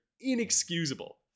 inexcusable